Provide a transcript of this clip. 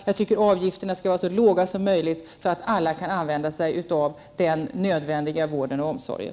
Jag tycker att avgifterna skall vara så låga som möjligt, så att alla kan använda sig av den nödvändiga vården och omsorgen.